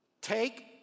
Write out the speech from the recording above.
Take